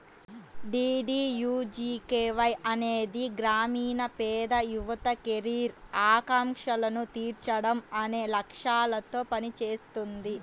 DDUGKY అనేది గ్రామీణ పేద యువత కెరీర్ ఆకాంక్షలను తీర్చడం అనే లక్ష్యాలతో పనిచేస్తుంది